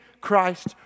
Christ